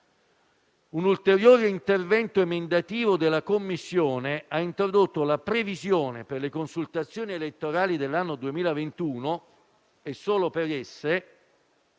Un ulteriore intervento emendativo della Commissione ha introdotto la previsione, per le consultazioni elettorali dell'anno 2021 (e solo per esse),